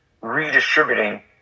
redistributing